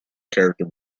character